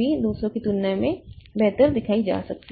भी दूसरों की तुलना में बेहतर दिखाई जा सकती है